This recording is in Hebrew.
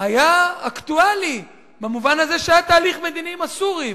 היה אקטואלי במובן הזה שהיה תהליך מדיני עם הסורים.